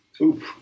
Oop